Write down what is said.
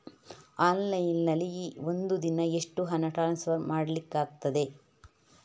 Online ನಲ್ಲಿ ಒಂದು ದಿನ ಎಷ್ಟು ಹಣ ಟ್ರಾನ್ಸ್ಫರ್ ಮಾಡ್ಲಿಕ್ಕಾಗ್ತದೆ?